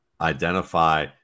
identify